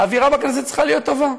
האווירה בכנסת צריכה להיות טובה.